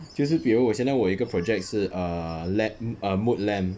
就是比如我现在我一个 project 是 err la~ err mood lamp